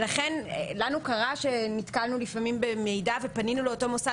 לנו קרה שנתקלנו לפעמים במידע ופנינו למוסד